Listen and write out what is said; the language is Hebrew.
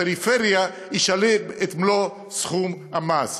בפריפריה ישלם את מלוא סכום המס.